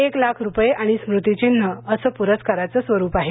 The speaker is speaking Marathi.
एक लाख रुपये आणि स्मृती चिन्ह असंपुरस्काराचं स्वरूप आहे